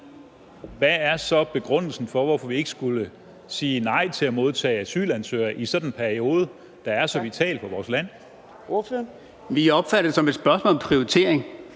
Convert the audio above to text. Hvad er så begrundelsen for, hvorfor vi ikke skulle sige nej til at modtage asylansøgere i sådan en periode, der er så vital for vores land? Kl. 17:13 Fjerde næstformand